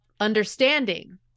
understanding